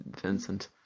Vincent